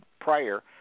prior